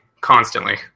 constantly